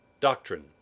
DOCTRINE